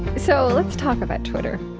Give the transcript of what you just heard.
so let's talk about twitter.